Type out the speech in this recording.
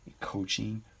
coaching